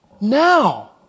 Now